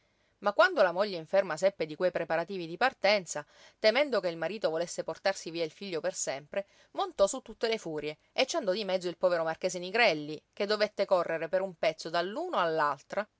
ma quando la moglie inferma seppe di quei preparativi di partenza temendo che il marito volesse portarsi via il figlio per sempre montò su le furie e ci andò di mezzo il povero marchese nigrelli che dovette correre per un pezzo